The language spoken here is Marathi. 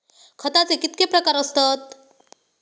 खताचे कितके प्रकार असतत?